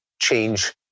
change